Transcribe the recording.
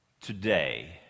Today